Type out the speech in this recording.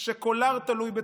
כשקולר תלוי בצווארו?